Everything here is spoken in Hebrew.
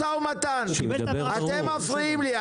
אתם מפריעים לי.